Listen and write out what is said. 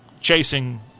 chasing